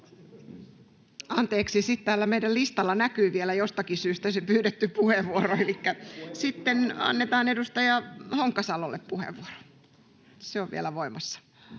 Anteeksi. Sitten täällä meidän listalla näkyy vielä jostakin syystä se pyydetty puheenvuoro. — Elikkä sitten annetaan edustaja Honkasalolle puheenvuoro, se on vielä voimassa.